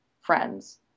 friends